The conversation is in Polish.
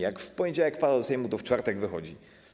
Jak w poniedziałek wpada do Sejmu, to w czwartek wychodzi.